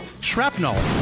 Shrapnel